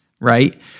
right